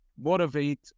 motivate